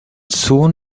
soon